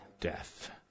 death